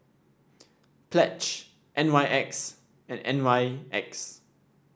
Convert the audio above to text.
Pledge N Y X and N Y X